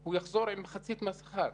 הוא יחזור עם מחצית מהשכר.